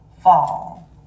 fall